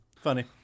Funny